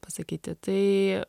pasakyti tai